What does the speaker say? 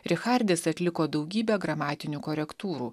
richardis atliko daugybę gramatinių korektūrų